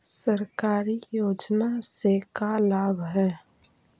सरकारी योजना से का लाभ है?